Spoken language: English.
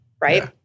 Right